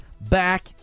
back